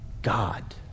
God